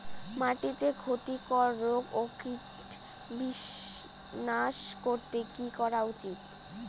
মাটিতে ক্ষতি কর রোগ ও কীট বিনাশ করতে কি করা উচিৎ?